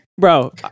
bro